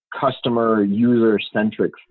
customer-user-centric